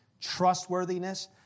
Trustworthiness